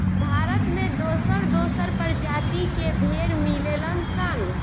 भारत में दोसर दोसर प्रजाति के भेड़ मिलेलन सन